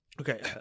Okay